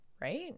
right